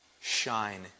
shine